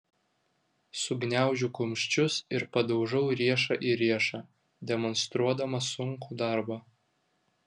sugniaužiu kumščius ir padaužau riešą į riešą demonstruodama sunkų darbą